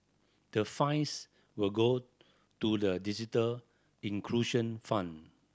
the fines will go to the digital inclusion fund